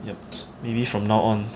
yup maybe from now on